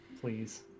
Please